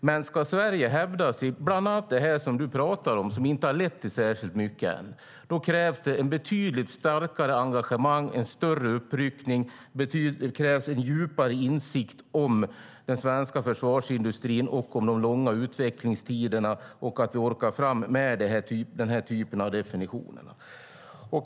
Men ska Sverige hävda sig bland annat när det gäller det som Cecilia Widegren pratar om som inte har lett till särskilt mycket än, då krävs det ett betydligt starkare engagemang, en större uppryckning och en djupare insikt om den svenska försvarsindustrin, de långa utvecklingstiderna och att vi orkar fram med den här typen av definitioner.